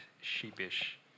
sheepish